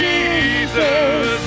Jesus